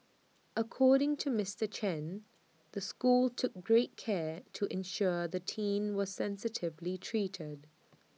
according to Mister Chen the school took great care to ensure the teen was sensitively treated